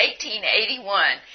1881